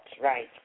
right